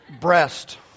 breast